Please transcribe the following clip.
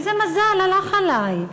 איזה מזל, הלך עלי.